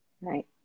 Right